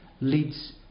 leads